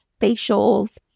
facials